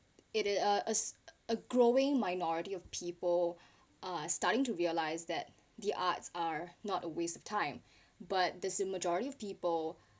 it it uh as a growing minority of people are starting to realise that the arts are not a waste of time but does the majority of people